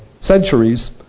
centuries